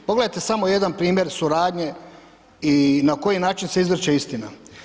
Pogledajte samo jedan primjer suradnje i na koji način se izvrće istina.